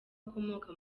akomoka